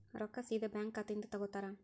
ರೊಕ್ಕಾ ಸೇದಾ ಬ್ಯಾಂಕ್ ಖಾತೆಯಿಂದ ತಗೋತಾರಾ?